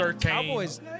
Cowboys